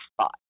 spot